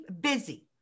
busy